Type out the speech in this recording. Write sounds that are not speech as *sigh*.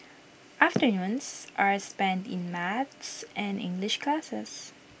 *noise* afternoons are spent in maths and English classes